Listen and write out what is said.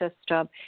system